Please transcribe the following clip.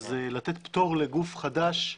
לתת פטור לגוף חדש,